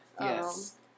yes